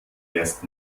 erst